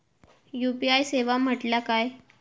UPI सेवा म्हटल्या काय?